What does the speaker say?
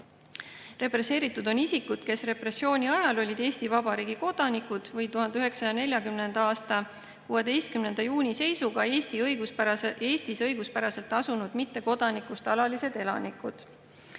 Represseeritud on isikud, kes repressiooni ajal olid Eesti Vabariigi kodanikud või 1940. aasta 16. juuni seisuga Eestis õiguspäraselt asunud mittekodanikust alalised elanikud.2018.